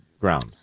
ground